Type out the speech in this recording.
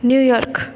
New York